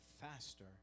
faster